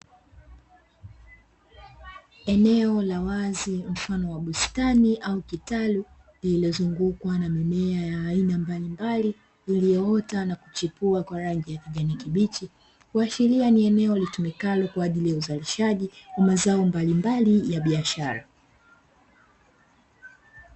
Eneo la wazi mfano wa bustani au kitalu, lililozungukwa na mimea ya aina mbalimbali; iliyoota na kuchipua kwa rangi ya kijani kibichi, kuashiria ni eneo litumikalo kwa ajili ya uzalishaji wa mazao mbalimbali ya biashara.